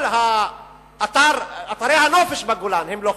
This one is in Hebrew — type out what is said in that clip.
כל אתרי הנופש בגולן לא חוקיים,